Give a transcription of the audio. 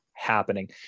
happening